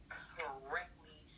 correctly